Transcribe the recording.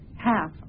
half